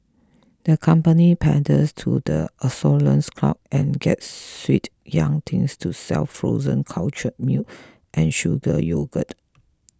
the company panders to the adolescents crowd and gets sweet young things to sell frozen cultured milk and sugar yogurt